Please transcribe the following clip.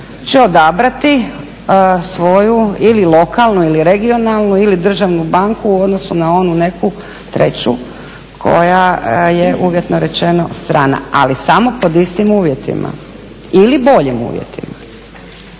će odabrati svoju ili lokalnu, ili regionalnu ili državnu banku u odnosu na onu neku treću koja je uvjetno rečeno strana, ali samo pod istim uvjetima ili boljim uvjetima.